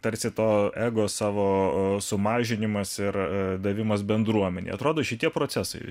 tarsi to ego savo sumažinimas ir davimas bendruomenei atrodo šitie procesai